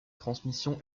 transmission